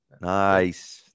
Nice